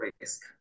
risk